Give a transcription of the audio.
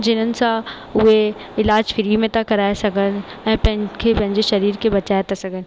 जिन्हनि सां उहे इलाजु फ्रीअ में था कराए सघनि ऐं पंहिंखें पंहिंजे शरीर खे बचाए था सघनि